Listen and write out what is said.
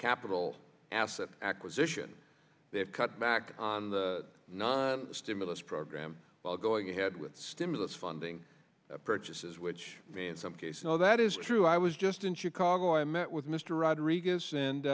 capital asset acquisition they have cut back on the not the stimulus program well going ahead with stimulus funding purchases which means some case now that is true i was just in chicago i met with mr rodriguez